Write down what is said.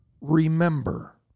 remember